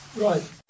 Right